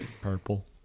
Purple